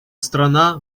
страна